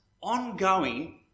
ongoing